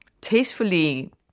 tastefully